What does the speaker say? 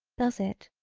does it.